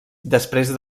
després